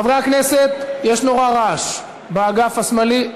חברי הכנסת, יש נורא רעש באגף השמאלי.